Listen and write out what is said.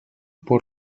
por